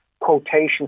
quotation